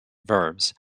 verbs